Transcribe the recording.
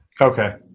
Okay